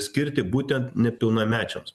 skirti būtent nepilnamečiams